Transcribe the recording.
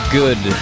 good